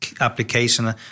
application